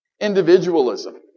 Individualism